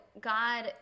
God